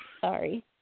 Sorry